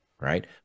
right